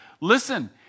listen